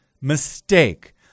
mistake